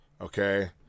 Okay